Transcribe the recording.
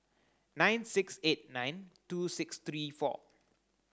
nine six eight nine two six three four